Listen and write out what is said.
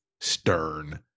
stern